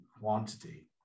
quantity